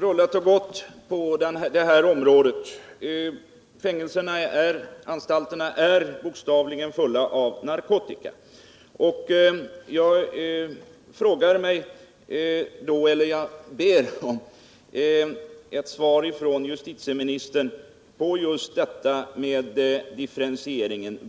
kunnat fortsätta på detta område. Anstalterna är bokstavligen fulla av narkotika. Jag ber om ett besked från justitieministern om just differentieringen.